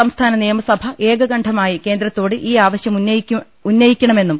സംസ്ഥാന നിയമസഭ ഏകകണ്ഠമായി കേന്ദ്രത്തോട് ഈ ആവശ്യം ഉന്നയിക്കണമെന്നും